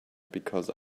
because